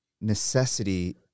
necessity